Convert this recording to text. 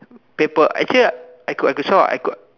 paper actually I could could solve ah I could